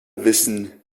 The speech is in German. wissen